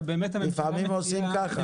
לפעמים עושים ככה.